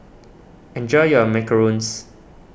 enjoy your macarons